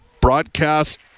broadcast